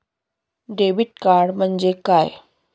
Debit card म्हणजे काय?